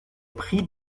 prix